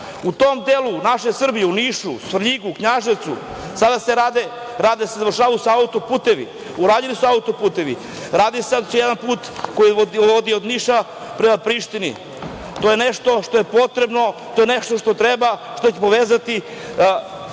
U tom delu naše Srbije u Nišu, Svrljigu, Knjaževcu, sada se rade, završavaju se auto-putevi, urađeni su auto-putevi, radi se sada jedan put koji vodi od Niša prema Prištini. To je nešto što je potrebno, to je nešto što treba, što će povezati